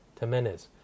Temenes